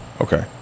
okay